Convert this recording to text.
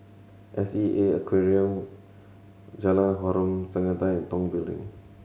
S E A Aquarium Jalan Harom Setangkai and Tong Building